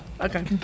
Okay